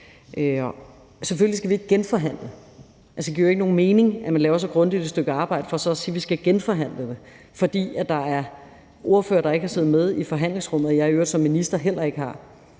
Selvfølgelig skal vi ikke genforhandle det. Det giver jo ingen mening, at man laver så grundigt et stykke arbejde for så at sige, at vi skal genforhandle det, fordi der er ordførere, der ikke har siddet med i forhandlingsrummet, hvad jeg i øvrigt som minister heller ikke har.